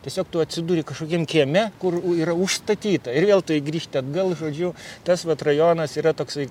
tiesiog tu atsiduri kažkokiam kieme kur yra užstatyta ir vėl tuoj grįžti atgal žodžiu tas vat rajonas yra toksai